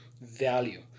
value